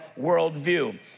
worldview